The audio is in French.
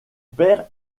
père